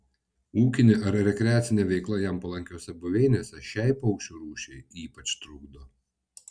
ūkinė ar rekreacinė veikla jam palankiose buveinėse šiai paukščių rūšiai ypač trukdo